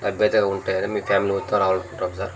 ఉంటాయని మేము ఫ్యామిలీ మొత్తం రావాలి అనుకుటున్నాం సార్